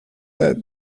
that